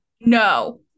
no